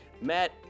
Matt